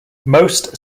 most